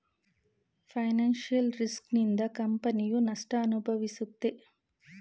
financial risk ನಿಂದ ಕಂಪನಿಯು ನಷ್ಟ ಅನುಭವಿಸುತ್ತೆ